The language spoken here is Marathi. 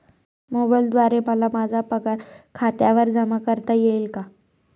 मोबाईलद्वारे मला माझा पगार खात्यावर जमा करता येईल का?